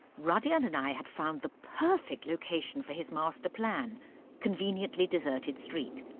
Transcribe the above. rudyard and i had found the perfect location for his master plan conveniently deserted street.